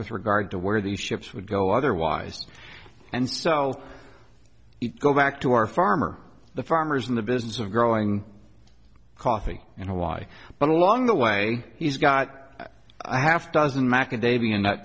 with regard to where these ships would go otherwise and so i'll go back to our farmer the farmers in the business of growing coffee and why but along the way he's got a half dozen macadamia nut